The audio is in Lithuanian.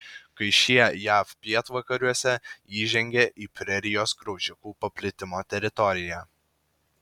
kai šie jav pietvakariuose įžengė į prerijos graužikų paplitimo teritoriją